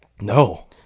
No